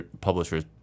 publishers